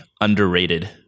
underrated